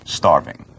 starving